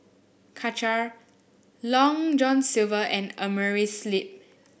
Karcher Long John Silver and Amerisleep